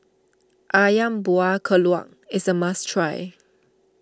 Ayam Buah Keluak is a must try